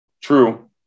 true